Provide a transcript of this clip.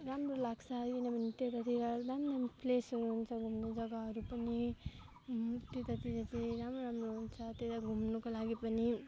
राम्रो लाग्छ किनभने त्यतातिर राम्रो राम्रो प्लेसहरू हुन्छ घुम्ने जग्गाहरू पनि त्यतातिर चाहिँ राम्रो राम्रो हुन्छ त्यता घुम्नको लागि पनि